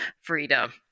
freedom